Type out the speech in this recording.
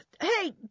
Hey